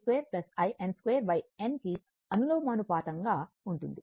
in 2 n కి అనులోమానుపాతంగా ఉంటుంది